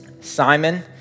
Simon